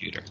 shooters